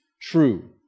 true